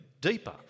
deeper